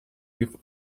give